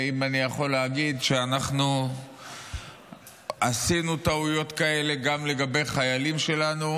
אם אני יכול להגיד שאנחנו עשינו טעויות כאלה גם לגבי חיילים שלנו,